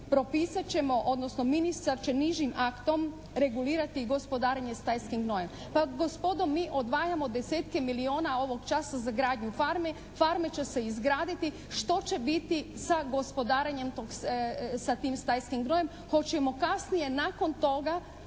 propisat ćemo, odnosno ministar će nižim aktom regulirati gospodarenje stajskim gnojem. Pa gospodo mi odvajamo desetke milijuna ovog časa za gradnju farme, farme će se izgraditi, što će biti sa gospodarenjem sa tim stajskim gnojem, hoćemo li kasnije nakon toga